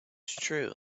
true